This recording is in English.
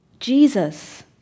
Jesus